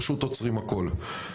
פשוט עוצרים את הכל.